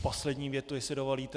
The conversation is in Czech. Poslední větu, jestli dovolíte.